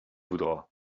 voudra